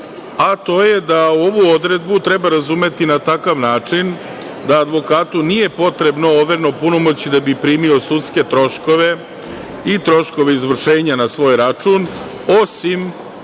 a to je da ovu odredbu treba razumeti na takav način da advokatu nije potrebno overeno punomoćje da bi primio sudske troškove i troškove izvršenja na svoj račun, osim